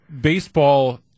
baseball